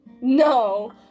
No